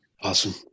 awesome